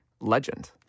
legend